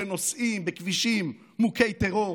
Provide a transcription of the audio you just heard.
שנוסעים בכבישים מוכי טרור